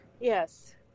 yes